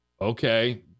Okay